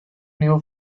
new